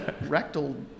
rectal